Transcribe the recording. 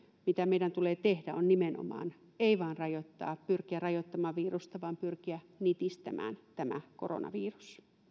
mitä meidän tulee tehdä on nimenomaan ei vain rajoittaa pyrkiä rajoittamaan virusta vaan pyrkiä nitistämään tämä koronavirus